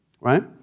right